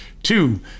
Two